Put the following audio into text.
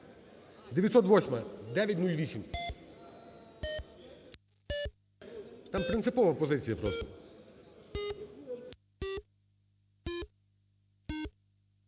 908-а. 908. Там принципова позиція просто.